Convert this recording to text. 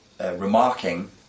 remarking